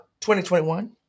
2021